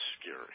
scary